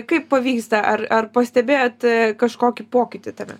kaip pavyksta ar ar pastebėjot e kažkokį pokytį tame